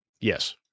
Yes